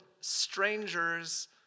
strangers